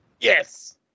Yes